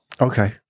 Okay